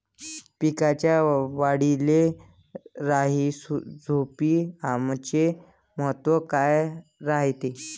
पिकाच्या वाढीले राईझोबीआमचे महत्व काय रायते?